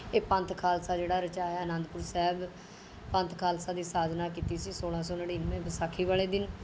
ਇਹ ਪੰਥ ਖਾਲਸਾ ਜਿਹੜਾ ਰਚਾਇਆ ਅਨੰਦਪੁਰ ਸਾਹਿਬ ਪੰਥ ਖਾਲਸਾ ਦੀ ਸਾਜਨਾ ਕੀਤੀ ਸੀ ਸੋਲਾਂ ਸੌ ਨੜਿੱਨਵੇ ਵਿਸਾਖੀ ਵਾਲੇ ਦਿਨ